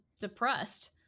depressed